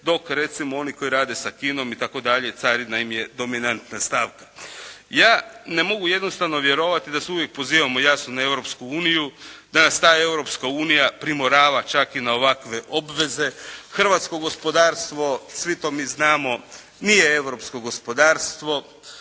dok recimo, oni koji rade sa Kinom itd. carina im je dominantna stavka. Ja ne mogu jednostavno vjerovati da se uvijek pozivamo, jasno na Europsku uniju, da nas ta Europska unije primorava čak i na ovakve obveze, hrvatsko gospodarstvo, svi to mi znamo, nije europsko gospodarstvo,